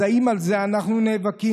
אז האם על זה אנחנו נאבקים?